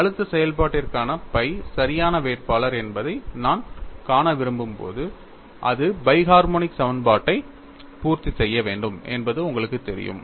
அழுத்த செயல்பாட்டிற்கான phi சரியான வேட்பாளர் என்பதை நான் காண விரும்பும்போது அது பை ஹர்மொனிக் சமன்பாட்டை பூர்த்தி செய்ய வேண்டும் என்பது உங்களுக்குத் தெரியும்